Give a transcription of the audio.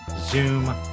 Zoom